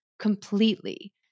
completely